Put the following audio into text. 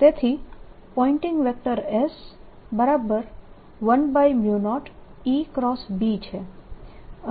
B0I2πa તેથી pointing vector S10EB છે